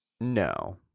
No